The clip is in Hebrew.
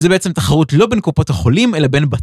זה בעצם תחרות לא בין קופות החולים, אלא בין.